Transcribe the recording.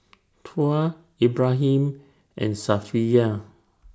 Tuah Ibrahim and Safiya